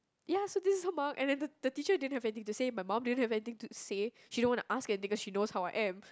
ya so this is her mark and then the the teacher didn't have anything to say my mum didn't have anything to say she don't wanna ask anything cause she knows how I am